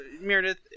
Meredith